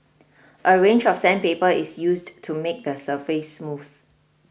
a range of sandpaper is used to make the surface smooth